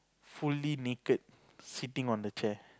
fully naked sitting on the chair